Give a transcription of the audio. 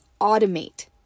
automate